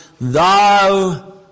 Thou